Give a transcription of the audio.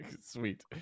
sweet